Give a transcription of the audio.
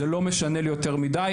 זה לא משנה לי יותר מידי,